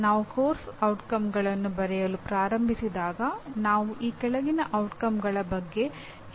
ನಾವು ಪಠ್ಯಕ್ರಮದ ಪರಿಣಾಮಗಳನ್ನು ಬರೆಯಲು ಪ್ರಾರಂಭಿಸಿದಾಗ ನಾವು ಈ ಕೆಳಗಿನ ಘಟಕಗಳ ಬಗ್ಗೆ ಹೆಚ್ಚು ವಿವರಿಸುತ್ತೇವೆ